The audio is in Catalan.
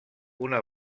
una